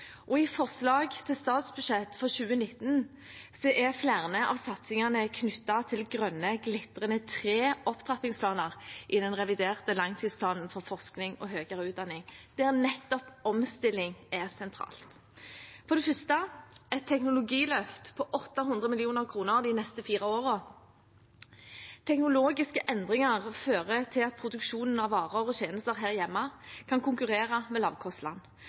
I forslaget til statsbudsjett for 2019 er flere av satsingene knyttet til grønne, glitrende tre opptrappingsplaner i den reviderte langtidsplanen for forskning og høyere utdanning, der nettopp omstilling er sentralt. For det første er det snakk om et teknologiløft på 800 mill. kr de neste fire årene. Teknologiske endringer fører til at produksjonen av varer og tjenester her hjemme kan konkurrere med lavkostland.